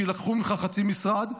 כי לקחו ממך חצי משרד,